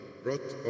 brought